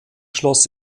schloss